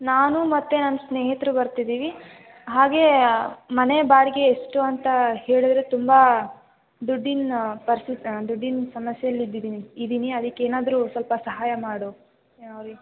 ನಾನು ಮತ್ತು ನನ್ನ ಸ್ನೇಹಿತರು ಬರ್ತಿದ್ದೀವಿ ಹಾಗೇ ಮನೆ ಬಾಡಿಗೆ ಎಷ್ಟು ಅಂತ ಹೇಳಿದ್ರೆ ತುಂಬ ದುಡ್ಡಿನ ಪರ್ಸ್ತ್ ದುಡ್ಡಿನ ಸಮಸ್ಯೆಯಲ್ಲಿದೀನಿ ಇದ್ದೀನಿ ಅದಕ್ಕೇನಾದ್ರೂ ಸ್ವಲ್ಪ ಸಹಾಯ ಮಾಡು